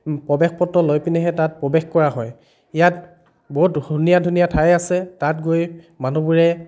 প্ৰৱেশ পত্ৰ লৈ পিনেহে তাত প্ৰৱেশ কৰা হয় ইয়াত বহুত ধুনীয়া ধুনীয়া ঠাই আছে তাত গৈ মানুহবোৰে